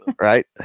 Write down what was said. Right